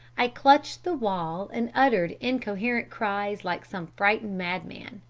i clutched the wall and uttered incoherent cries like some frightened madman.